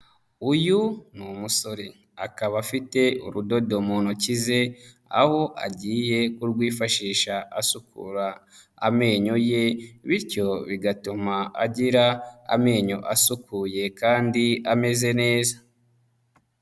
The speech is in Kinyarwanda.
Uyu ni umusore akaba afite urudodo mu ntoki ze, aho agiye kurwifashisha asukura amenyo ye bityo bigatuma agira amenyo asukuye kandi ameze neza.